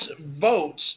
votes